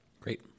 Great